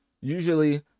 usually